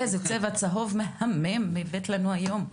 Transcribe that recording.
איזה צבע צהוב מהמם הבאת לנו היום לחדר.